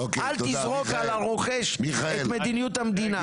אל תזרוק על הרוכש את מדיניות המדינה.